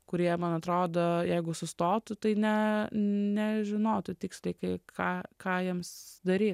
kurie man atrodo jeigu sustotų tai ne nežinotų tiksliai kai ką ką jiems daryt